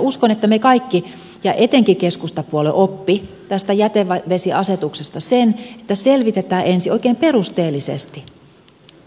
uskon että me kaikki opimme ja etenkin keskustapuolue oppi tästä jätevesiasetuksesta sen että selvitetään ensin oikein perusteellisesti